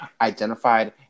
identified